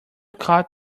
caught